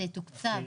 זה יתוקצב.